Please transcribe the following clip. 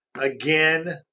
again